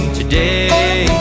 today